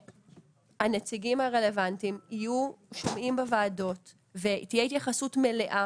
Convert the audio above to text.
שהנציגים הרלוונטיים יהיו שומעים בוועדות ותהיה התייחסות מלאה